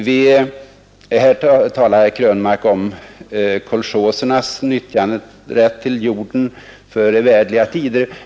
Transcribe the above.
Herr Krönmark talar om kolchosernas nyttjanderätt till jorden för evärdliga tider.